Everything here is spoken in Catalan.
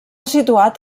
situat